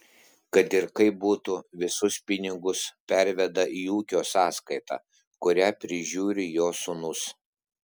kad ir kaip būtų visus pinigus perveda į ūkio sąskaitą kurią prižiūri jo sūnus